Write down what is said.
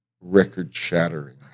record-shattering